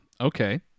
Okay